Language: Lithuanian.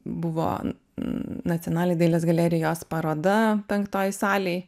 buvo nacionalinė dailės galerijos paroda penktoj salėj